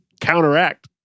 counteract